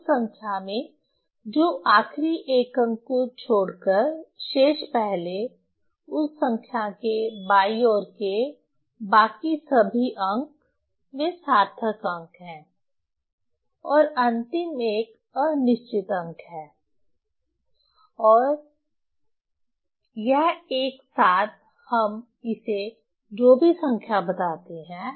उस संख्या में जो आखिरी एक अंक को छोड़कर शेष पहले उस संख्या के बाईं ओर के बाकी सभी अंक वे सार्थक अंक हैं और अंतिम एक अनिश्चित अंक है और यह एक साथ हम इसे जो भी संख्या बताते हैं